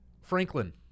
Franklin